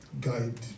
guide